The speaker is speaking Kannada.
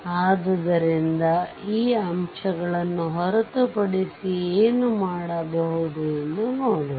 ಆದ್ದರಿಂದ ಈ ಅಂಶಗಳನ್ನು ಹೊರತುಪಡಿಸಿ ಏನು ಮಾಡಬಹುದು ಎಂದು ನೋಡೋಣ